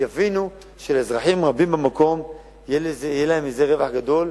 יבינו שלאזרחים רבים במקום יהיה מזה רווח גדול,